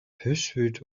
pursuit